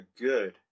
good